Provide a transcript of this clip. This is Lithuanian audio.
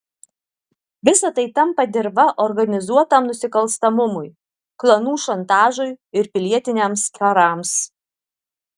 visa tai tampa dirva organizuotam nusikalstamumui klanų šantažui ir pilietiniams karams